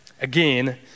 Again